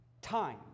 Time